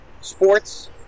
sports